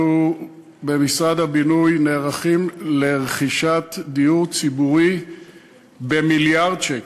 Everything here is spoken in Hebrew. במשרד הבינוי אנחנו נערכים לרכישת דיור ציבורי במיליארד שקל.